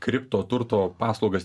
kripto turto paslaugas